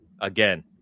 again